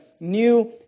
New